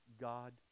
God